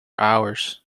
hours